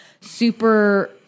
super